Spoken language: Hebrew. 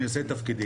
אני עושה את תפקידי.